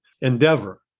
endeavor